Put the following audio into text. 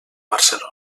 barcelona